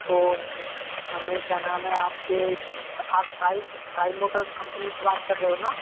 तो हमें क्या नाम है आपके आप साईं साईं मोटर कम्पनी से बात कर रहे हो ना